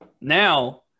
Now